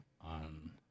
on